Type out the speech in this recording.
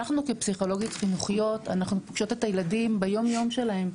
אנחנו כפסיכולוגיות חינוכיות אנחנו פוגשות את הילדים ביום יום שלהם.